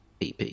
EP